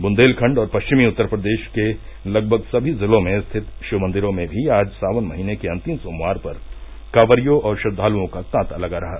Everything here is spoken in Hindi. बुन्देलखण्ड और पश्चिमी उत्तर प्रदेश के लगभग सभी जिलों में स्थित शिव मंदिरों में भी आज सावन महीने के अन्तिम सोमवार पर कांवरियों और श्रद्वालुओं का तांता लगा रहा